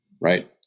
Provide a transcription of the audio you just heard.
right